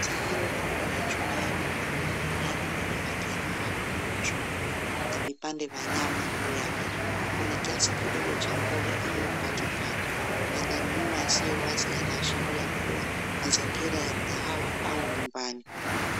Sahani kubwa ya chuma yenye wali wa biriani wenye rangi ya dhahabu na machungwa na vipande vya nyama juu yake. Kuna kiasi kidogo cha mboga iliyokatwa kando. Mandhari nyuma yasiyo wazi yanaashiria kuwa mazingira ya mkahawa 𝑎𝑢 nyumbani.